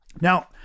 Now